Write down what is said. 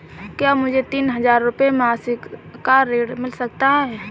क्या मुझे तीन हज़ार रूपये मासिक का ऋण मिल सकता है?